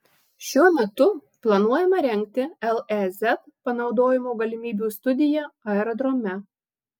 šiuo metu planuojama rengti lez panaudojimo galimybių studija aerodrome